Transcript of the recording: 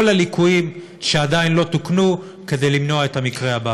הליקויים שעדיין לא תוקנו כדי למנוע את המקרה הבא.